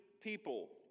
people